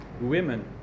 women